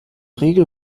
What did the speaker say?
regel